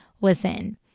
listen